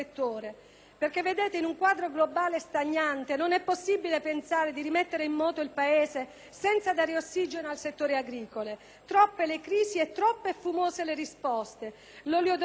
perché in un quadro globale stagnante non è possibile pensare di rimettere in moto il Paese senza dare ossigeno al settore agricolo. Troppe le crisi e troppe e fumose le risposte: l'olio d'oliva,